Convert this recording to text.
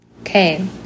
okay